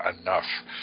enough